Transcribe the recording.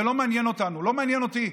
זה לא מעניין אותנו, לא מעניין אותי.